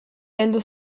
heldu